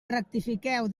rectifiqueu